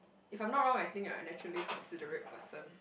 if I am not wrong I think I'm naturally considerate person